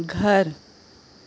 घर